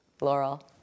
Laurel